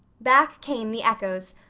back came the echoes,